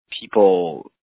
people